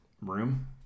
room